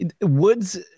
woods